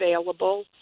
available